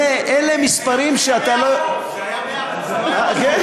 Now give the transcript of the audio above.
זה היה 100%, לא היה משהו אחר.